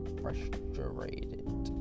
frustrated